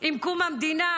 עם קום המדינה,